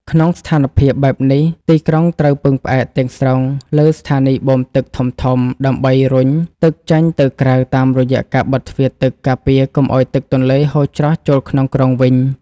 ក្នុងស្ថានភាពបែបនេះ ទីក្រុងត្រូវពឹងផ្អែកទាំងស្រុងលើស្ថានីយបូមទឹកធំៗ ដើម្បីរុញទឹកចេញទៅក្រៅតាមរយៈការបិទទ្វារទឹកការពារកុំឱ្យទឹកទន្លេហូរច្រោះចូលក្នុងក្រុងវិញ។